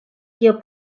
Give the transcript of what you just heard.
kio